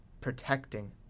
protecting